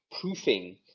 proofing